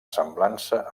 semblança